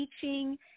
teaching